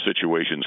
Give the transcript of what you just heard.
situations